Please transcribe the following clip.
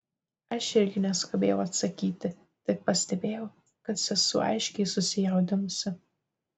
aš irgi neskubėjau atsakyti tik pastebėjau kad sesuo aiškiai susijaudinusi